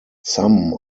some